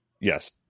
Yes